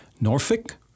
Norfolk